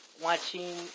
watching